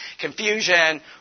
confusion